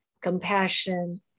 compassion